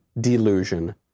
delusion